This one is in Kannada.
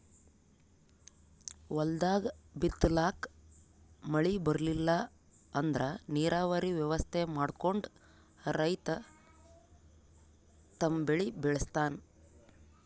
ಹೊಲ್ದಾಗ್ ಬಿತ್ತಲಾಕ್ ಮಳಿ ಬರ್ಲಿಲ್ಲ ಅಂದ್ರ ನೀರಾವರಿ ವ್ಯವಸ್ಥೆ ಮಾಡ್ಕೊಂಡ್ ರೈತ ತಮ್ ಬೆಳಿ ಬೆಳಸ್ತಾನ್